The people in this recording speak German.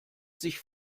sich